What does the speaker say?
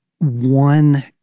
one